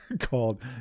Called